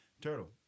Turtle